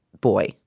boy